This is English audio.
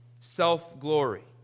self-glory